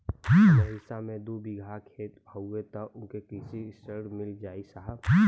हमरे हिस्सा मे दू बिगहा खेत हउए त हमके कृषि ऋण मिल जाई साहब?